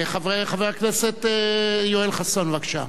חבר הכנסת יואל חסון, בבקשה.